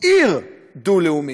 עיר דו-לאומית.